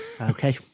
Okay